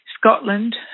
Scotland